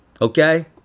Okay